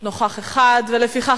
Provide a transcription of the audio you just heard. לפיכך,